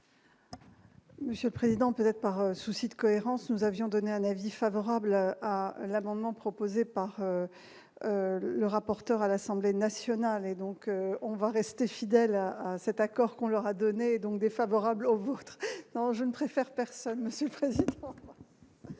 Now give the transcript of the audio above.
Monsieur Président, peut-être par souci de cohérence, nous avions donné un avis favorable à l'amendement proposé par le rapporteur à l'Assemblée nationale et donc on va rester fidèle à à cet accord qu'on leur a donné donc défavorable aux vôtres, non je ne préfère personne Monsieur.